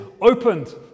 opened